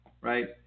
right